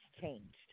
changed